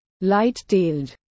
light-tailed